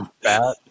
fat